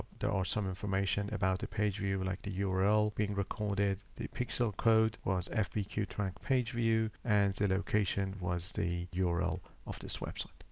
are some information about a page view but like the yeah url being recorded. the pixel code was faq yeah track page view, and the location was the yeah url of this website.